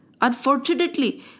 Unfortunately